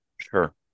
sure